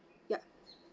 yup